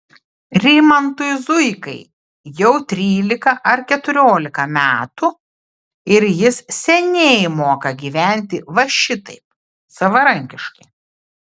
rimantui zuikai jau trylika ar keturiolika metų ir jis seniai moka gyventi va šitaip savarankiškai